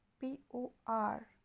P-O-R